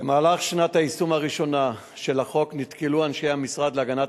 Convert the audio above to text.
במהלך שנת היישום הראשונה של החוק נתקלו אנשי המשרד להגנת